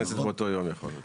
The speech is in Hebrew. חבר כנסת באותו יום יכול.